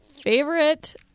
favorite